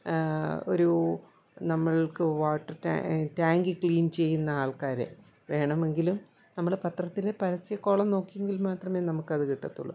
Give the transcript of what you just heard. ഒരു നമ്മൾക്ക് വാട്ടർ ടാ ടാങ്ക് ക്ലീൻ ചെയ്യുന്ന ആൾക്കാരെ വേണമെങ്കിലും നമ്മൾ പത്രത്തിലെ പരസ്യക്കോളം നോക്കിയെങ്കിൽ മാത്രമേ നമുക്കത് കിട്ടത്തുള്ളൂ അപ്പോൾ